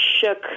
shook